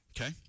Okay